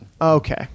Okay